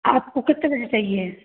आपको कितने बजे चहिए